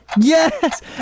Yes